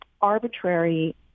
arbitrary